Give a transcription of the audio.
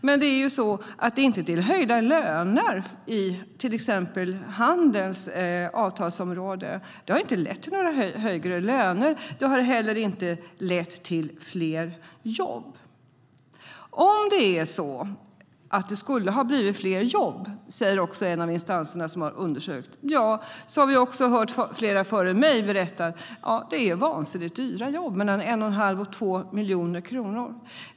Men pengarna går ju inte till höjda löner inom till exempel Handels avtalsområde. Det har inte heller lett till fler jobb. Om det hade blivit fler jobb - säger en av instanserna som också har gjort en undersökning - är det vansinnigt dyra jobb, mellan 1 1⁄2 och 2 miljoner kronor.